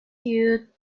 you